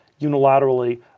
unilaterally